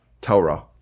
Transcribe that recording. Torah